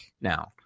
now